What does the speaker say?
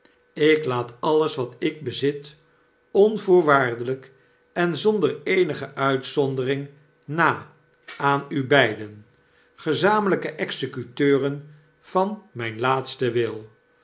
ik laat alles wat ik bezit onvoorwaardeljjk en zonder eenige uitzondering na aan u beiden gezamenlyke executeuren van myn laatsten wil